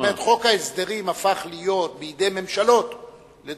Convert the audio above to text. זאת אומרת: חוק ההסדרים הפך להיות בידי ממשלות לדורותיהן,